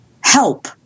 help